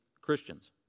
Christians